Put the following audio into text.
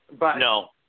No